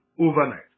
overnight